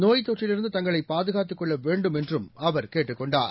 நோய்த் தொற்றிலிருந்து தங்களைபாதுகாத்துக் கொள்ளவேண்டும் என்றுஅவர் கேட்டுக் கொண்டார்